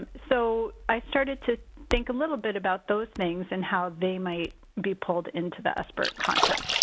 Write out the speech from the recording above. so, i started to think a little bit about those things, and how they might be pulled into the sbirt content.